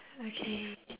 okay